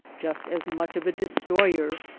just as much of a destroyer,